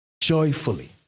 joyfully